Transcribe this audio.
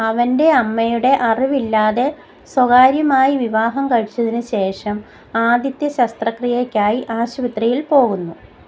അവന്റെ അമ്മയുടെ അറിവില്ലാതെ സ്വകാര്യമായി വിവാഹം കഴിച്ചതിനു ശേഷം ആദിത്യ ശസ്ത്രക്രിയക്കായി ആശുപത്രിയിൽ പോകുന്നു